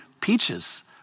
peaches